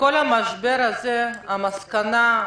מכל המשבר הזה המסקנה,